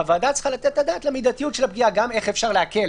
הוועדה צריכה לתת את הדעת על המידתיות של הפגיעה: איך אפשר להקל,